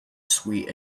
sweet